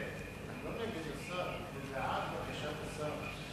לא נגד השר, זה בעד בקשת השר.